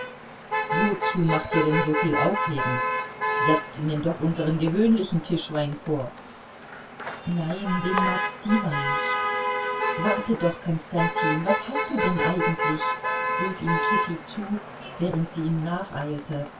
wozu macht ihr denn soviel aufhebens setzt ihnen doch unseren gewöhnlichen tischwein vor nein den mag stiwa nicht warte doch konstantin was hast du denn eigentlich rief ihm kitty zu während sie ihm